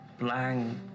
blank